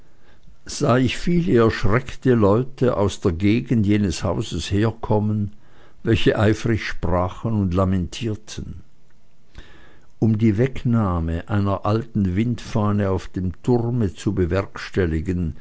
sah ich viele erschreckte leute aus der gegend jenes hauses herkommen welche eifrig sprachen und lamentierten um die wegnahme einer alten windfahne auf dem turme zu bewerkstelligen